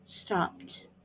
stopped